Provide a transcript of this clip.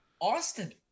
Austin